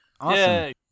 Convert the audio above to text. awesome